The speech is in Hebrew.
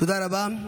תודה רבה.